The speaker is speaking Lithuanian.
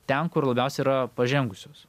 ten kur labiausiai yra pažengusios